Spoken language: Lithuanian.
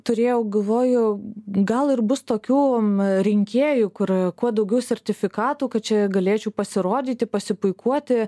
turėjau galvoju gal ir bus tokių rinkėjų kur kuo daugiau sertifikatų kad čia galėčiau pasirodyti pasipuikuoti